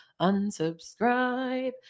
unsubscribe